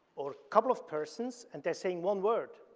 or a couple of persons and they're saying one word,